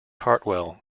hartwell